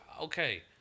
Okay